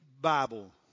Bible